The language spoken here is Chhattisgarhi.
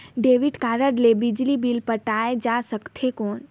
डेबिट कारड ले बिजली बिल पटाय जा सकथे कौन?